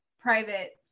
private